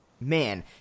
Man